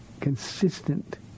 consistent